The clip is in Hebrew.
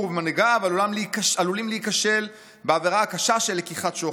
ומנהיגיו עלולים להיכשל בעבירה הקשה של לקיחת שוחד".